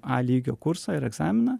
a lygio kursą ir egzaminą